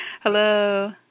Hello